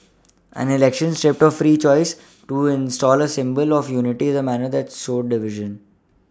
an election stripped of free choice to install a symbol of unity in a manner that sowed division